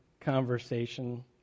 conversation